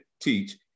teach